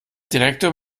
direktor